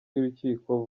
y’urukiko